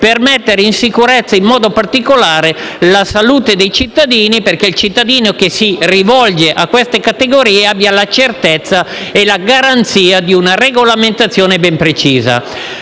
di mettere in sicurezza in modo particolare la salute dei cittadini, affinché il cittadino che si rivolge a queste categorie abbia la certezza e la garanzia di una regolamentazione ben precisa.